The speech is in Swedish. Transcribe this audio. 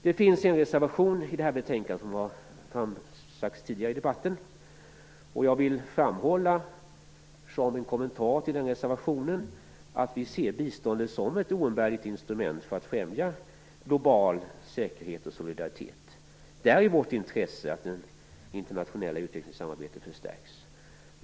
Det finns en reservation i betänkandet, vilket framförts tidigare i debatten. Som en kommentar till den reservationen vill jag framhålla att vi ser biståndet som ett oumbärligt instrument för att främja global säkerhet och solidaritet. Det ligger i vårt intresse att det internationella utvecklingssamarbetet förstärks.